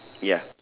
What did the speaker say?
ya